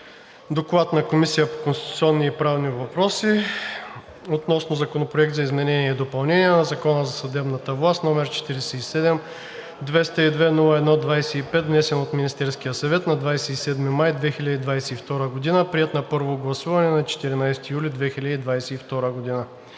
„Доклад на Комисията по конституционни и правни въпроси относно Законопроект за изменение и допълнение на Закона за съдебната власт, № 47-202-01-25, внесен от Министерския съвет на 27 май 2022 г., приет на първо гласуване на 14 юли 2022 г.